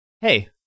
Hey